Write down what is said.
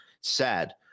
sad